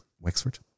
wexford